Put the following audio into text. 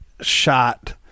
shot